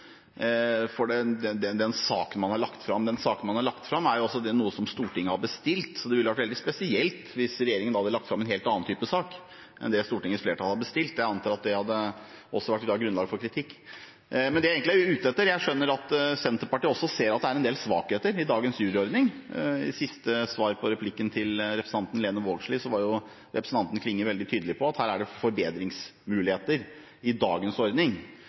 for den saken man har lagt fram. Den saken man har lagt fram, er altså noe som Stortinget har bestilt, så det ville vært veldig spesielt hvis regjeringen hadde lagt fram en helt annen type sak enn det Stortingets flertall har bestilt. Jeg antar at det også hadde vært grunnlag for kritikk. Men det jeg egentlig er ute etter, er at jeg skjønner at Senterpartiet også ser at det er en del svakheter i dagens juryordning. I siste svar på replikken til representanten Lene Vågslid var representanten Klinge veldig tydelig på at her er det forbedringsmuligheter i dagens ordning.